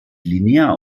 linear